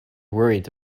worried